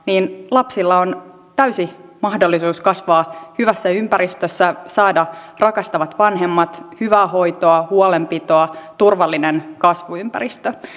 lapsilla on täysi mahdollisuus kasvaa hyvässä ympäristössä saada rakastavat vanhemmat hyvää hoitoa huolenpitoa turvallinen kasvuympäristö